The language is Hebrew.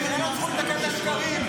אין פה זכות להעיר,